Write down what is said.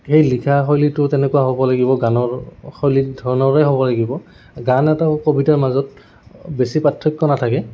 সেই লিখা শৈলীটো তেনেকুৱা হ'ব লাগিব গানৰ শৈলীত ধৰণৰে হ'ব লাগিব গান এটা কবিতাৰ মাজত বেছি পাৰ্থক্য নাথাকে